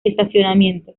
estacionamiento